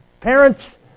Parents